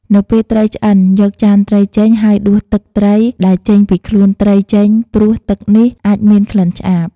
នៅពេលត្រីឆ្អិន យកចានត្រីចេញ ហើយ ដួសទឹកត្រីដែលចេញពីខ្លួនត្រីចេញ ព្រោះទឹកនេះអាចមានក្លិនឆ្អាប។